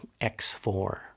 x4